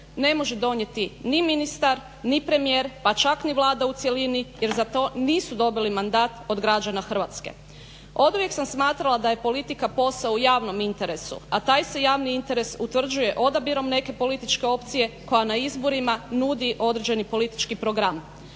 ne može donijeti ni ministar, ni premijer, pa čak ni Vlada u cjelini jer za to nisu dobili mandat od građana Hrvatske. Oduvijek sam smatrala da je politika posao u javnom interesu, a taj se javni interes utvrđuje odabirom neke političke opcije koja na izborima nudi određeni politički program.